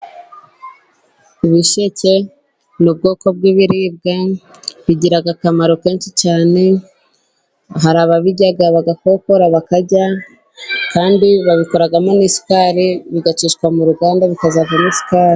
Ibisheke n'ubwoko bw'ibiribwa bigira akamaro kenshi cyane, hari ababirya bagakokora bakarya, kandi babikoramo n'isukari bigacishwa mu ruganda, bikazavamo isukari.